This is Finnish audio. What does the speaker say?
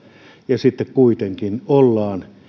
ja sitten kuitenkin ollaan